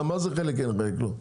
מה זה חלק כן וחלק לא?